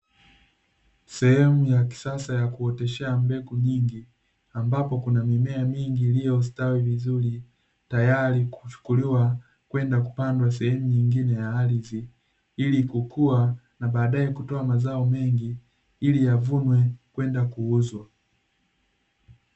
Sehemu ya kisasa ya kuoteshea mbegu nyingi, ambapo kuna mimea mingi iliyostawi vizuri tayari kuchukuliwa kwenda kupandwa sehemu nyingine ya ardhi, ili kukua na baadae kutoa mazao mengi ili yavunwe kwenda kuuzwa.